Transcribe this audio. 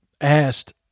asked